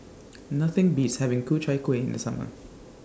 Nothing Beats having Ku Chai Kuih in The Summer